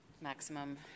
maximum